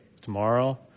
tomorrow